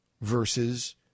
versus